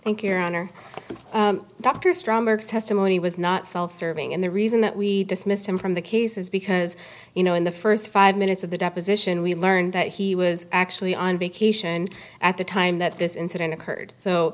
you your honor dr stromberg testimony was not self serving and the reason that we dismissed him from the case is because you know in the first five minutes of the deposition we learned that he was actually on vacation at the time that this incident occurred so